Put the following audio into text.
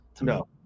No